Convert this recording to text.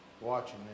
watching